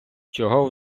чого